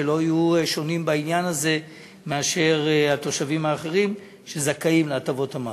שלא יהיו שונים בעניין הזה מהתושבים האחרים שזכאים להטבות מס.